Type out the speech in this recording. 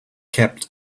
kept